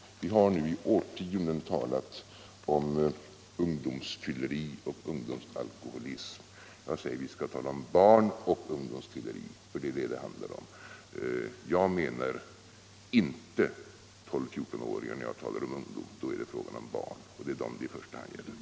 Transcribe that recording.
Vi har nu i årtionden talat om ”ungdomsfylleri” och ”ungdomsalkoholism”. Jag säger att vi nu skall tala om ”barnoch ungdomsfylleri”, för det är det som det handlar om. När jag talar om ungdom menar jag inte 12-14-åringar, utan då är det fråga om barn. Det är dem det i första hand gäller.